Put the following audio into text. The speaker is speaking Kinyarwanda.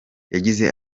yagize